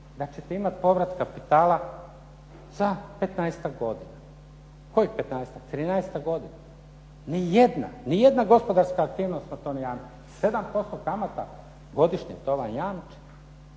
da ćete imat povrat kapitala za 15-tak godina? kojih 15-tak, 13-tak godina. Nijedna, nijedna gospodarska aktivnost vam to ne jamči. 7% kamata godišnje, to vam jamči.